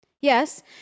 Yes